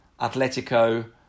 Atletico